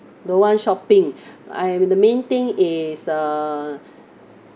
don't shopping I am the main thing is uh